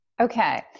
Okay